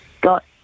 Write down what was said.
got